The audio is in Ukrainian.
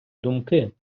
думки